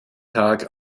tag